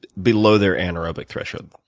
below their anaerobic threshold.